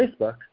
Facebook